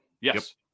yes